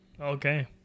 okay